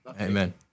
Amen